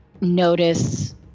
notice